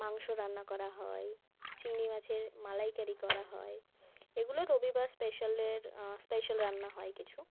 মাংস রান্না করা হয় চিংড়ি মাছের মালাইকারি করা হয় এগুলো রবিবার স্পেশালের স্পেশাল রান্না হয় কিছু